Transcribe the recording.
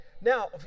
Now